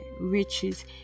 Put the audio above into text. riches